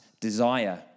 desire